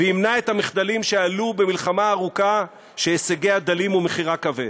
וימנע את המחדלים שעלו במלחמה ארוכה שהישגיה דלים ומחירה כבד.